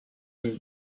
une